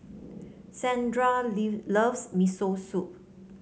Shandra loves Miso Soup